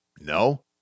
No